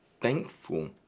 thankful